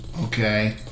Okay